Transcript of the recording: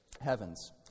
heavens